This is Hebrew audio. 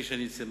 כפי שאני מציין,